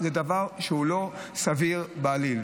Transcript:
זה דבר שהוא לא סביר בעליל,